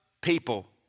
people